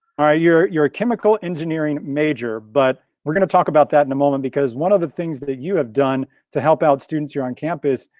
ah you're you're a chemical engineering major, but we're gonna talk about that in a moment because one of the things that you have done to help out students here on campus,